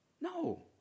No